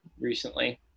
recently